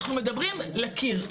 אנחנו מדברים לקיר.